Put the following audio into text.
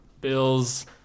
Bills